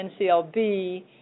NCLB